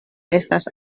estas